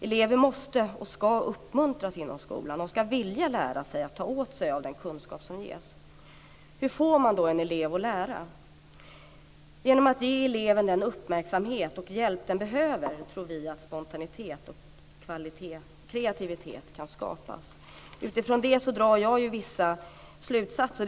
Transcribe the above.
Elever måste och ska uppmuntras genom skolan. De ska vilja lära sig och ta åt sig av den kunskap som ges. Hur får man då en elev att lära? Genom att ge eleven den uppmärksamhet och hjälp som den behöver tror vi att spontanitet och kreativitet kan skapas. Utifrån det drar jag vissa slutsatser.